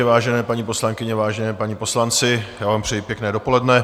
Vážené paní poslankyně, vážení páni poslanci, já vám přeji pěkné dopoledne.